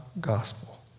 gospel